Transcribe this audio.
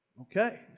Okay